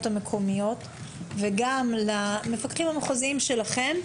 המקומיות וגם למפקחים המחוזיים שלכם,